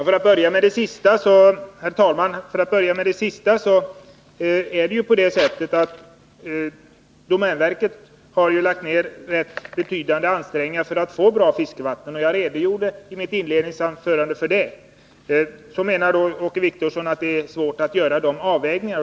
Herr talman! För att börja med det sista vill jag säga att domänverket har gjort betydande ansträngningar för att få bra fiskevatten. Jag redogjorde i mitt inledningsanförande för detta. Då menar Åke Wictorsson att det är svårt att göra avvägningar.